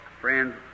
Friends